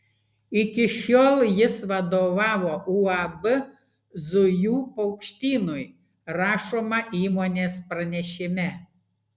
iki šiol jis vadovavo uab zujų paukštynui rašoma įmonės pranešime